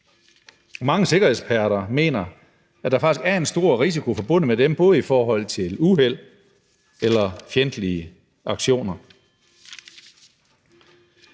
Mange sikkerhedseksperter mener, at der faktisk er en stor risiko forbundet med dem, i forhold til både uheld og fjendtlige aktioner.